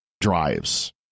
drives